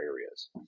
areas